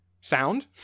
sound